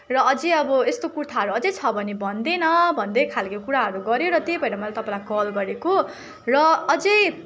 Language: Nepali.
र अझै अब यस्तो कुर्ताहरू अझै छ भने भन्देन भन्दै खालको कुराहरू गर्यो र त्यही भएर मैले तपाईँलाई कल गरेको र अझै